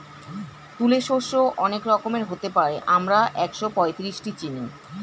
তুলে শস্য অনেক রকমের হতে পারে, আমরা একশোপঁয়ত্রিশটি চিনি